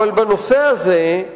בנושא הזה,